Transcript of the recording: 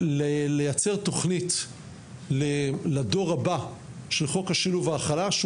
לייצר תכנית לדור הבא של חוק השילוב וההכלה שהוא